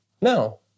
No